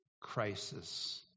crisis